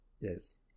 yes